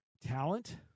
talent